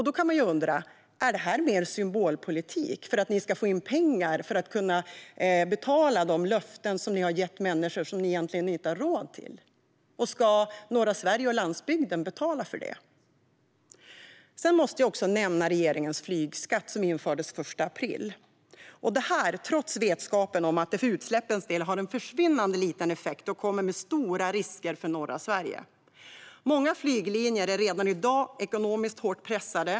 Då kan man undra: Är detta en symbolpolitik, för att ni ska få in pengar för att betala de löften som ni har gett men egentligen inte har råd med? Ska norra Sverige och landsbygden betala för det? Jag måste också nämna regeringens flygskatt, som infördes 1 april. Detta gjorde man trots vetskapen om att det för utsläppens del har en försvinnande liten effekt och att det medför stora risker för norra Sverige. Många flyglinjer är redan i dag hårt ekonomiskt pressade.